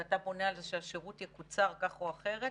ואתה בונה על זה שהשירות יקוצר כך או אחרת,